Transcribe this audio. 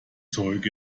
zeug